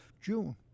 June